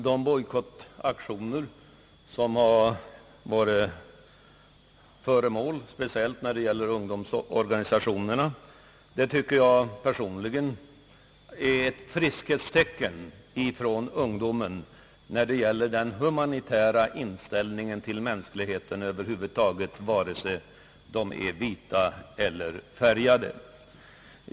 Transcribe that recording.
De bojkottaktioner som har förekommit specieltl från ungdomsorganisationernas sida tycker jag är ett friskhetstecken från ungdomen när det gäller dess humanitära inställning till människorna, vare sig de är vita eller färgade.